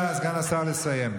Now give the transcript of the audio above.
תנו לסגן השר לסיים.